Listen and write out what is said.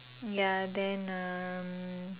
ya then um